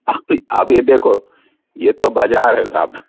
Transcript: आप ये देखो ये तो बाजार है साहब